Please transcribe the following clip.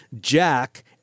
Jack